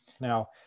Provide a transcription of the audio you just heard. Now